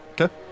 Okay